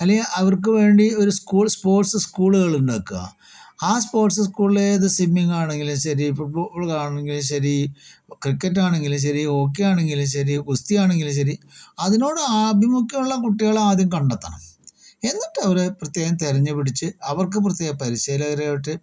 അല്ലെങ്കിൽ അവർക്ക് വേണ്ടി ഒരു സ്കൂൾ സ്പോർട്സ് സ്കൂളുകളുണ്ടാക്കുക ആ സ്പോർട്സ് സ്കൂളില് ഏത് സ്വിമ്മിങ്ങാണെങ്കിലും ശരി ഫുട്ബോൾ ആണെങ്കിലും ശരി ക്രിക്കറ്റ് ആണെങ്കിലും ശരി ഹോക്കി ആണെങ്കിലും ശരി ഗുസ്തിയാണെങ്കിലും ശരി അതിനോട് ആഭിമുഖ്യമുള്ള കുട്ടികളെ ആദ്യം കണ്ടെത്തണം എന്നിട്ട് അവരെ പ്രത്യേകം തെരഞ്ഞ് പിടിച്ച് അവർക്ക് പ്രത്യേക പരിശീലകരുമായിട്ട്